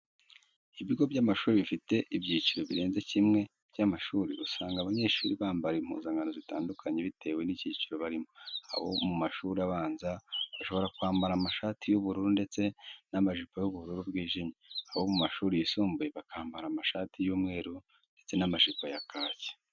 Ibigo by'amashuri bifite ibyiciro birenze kimwe by'abanyeshuri, usanga abanyeshuri bambara impuzankano zitandukanye bitewe n'icyiciro barimo. Abo mu mashuri abanza bashobora kwambara amashati y'ubururu ndetse n'amajipo y'ubururu bwijimye, abo mu mashuri yisumbuye bakambara amashati y'umweru ndetse n'amajipo ya kaki.